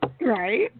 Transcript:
Right